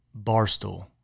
Barstool